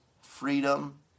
freedom